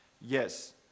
Yes